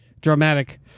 dramatic